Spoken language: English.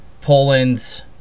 Poland's